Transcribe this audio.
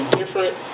different